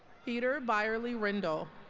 peter byerley rindal